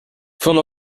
von